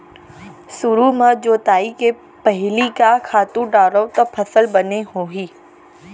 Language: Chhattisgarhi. सुरु म जोताई के पहिली का खातू डारव त फसल बने होही?